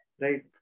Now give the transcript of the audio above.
right